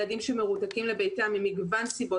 ילדים שמרותקים לביתם ממגוון סיבות,